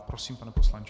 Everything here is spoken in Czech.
Prosím, pane poslanče.